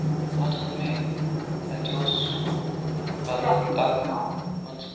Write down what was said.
اَتھ ووٚن مےٚ اَتہِ اوس کَلٲرٕک اکھ مان ژٕ